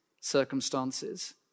circumstances